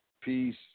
peace